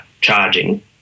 charging